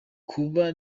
kuba